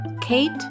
Kate